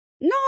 No